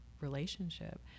relationship